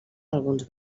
alguns